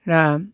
दा